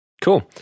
Cool